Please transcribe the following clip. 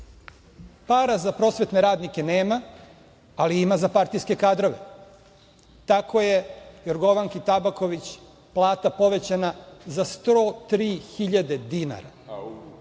za prosvetne radnike nema, ali ima za partijske kadrove. Tako je Jorgovanki Tabaković plata povećana za 103.000 dinara,